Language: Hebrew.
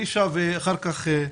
אלישע ואחר כך אביעד.